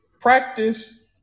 Practice